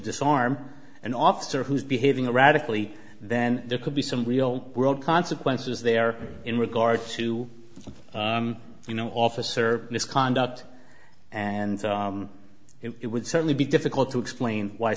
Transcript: disarm an officer who's behaving erratically then there could be some real world consequences there in regard to you know officer misconduct and it would certainly be difficult to explain why